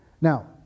Now